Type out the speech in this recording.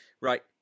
right